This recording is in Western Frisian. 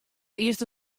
earste